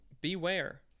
beware